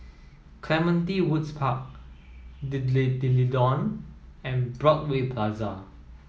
Clementi Woods Park D'Leedon and Broadway Plaza